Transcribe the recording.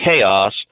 chaos